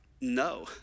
no